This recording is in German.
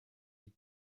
die